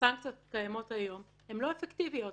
הסנקציות שקיימות היום הן לא אפקטיביות,